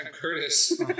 Curtis